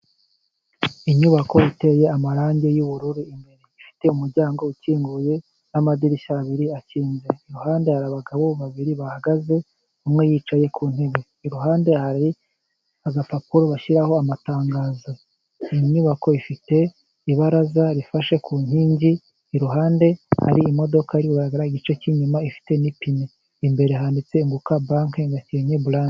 Inyubako iteye amarangi y'ubururu. Imbere ifite umuryango ukinguye n'amadirishya abiri akinze. Iruhande hari abagabo babiri bahagaze umwe yicaye ku ntebe. Iruhande hari agapapuro bashyiraho amatangazo. Iyi nyubako ifite ibaraza rifashe ku nkingi. Iruhande hari imodoka y'uburaga, igice cy'inyuma ifite n'ipine. Imbere handitse unguka, banke Gakenke branch.